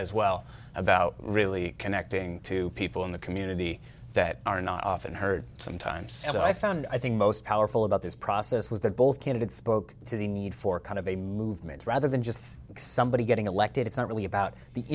as well about really connecting to people in the community that are not often heard sometimes and i found i think most powerful about this process was that both candidates spoke to the need for kind of a movement rather than just somebody getting elected it's not really about the